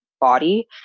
body